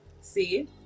See